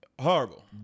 horrible